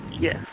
Yes